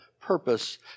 purpose